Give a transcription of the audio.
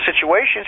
situations